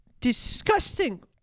disgusting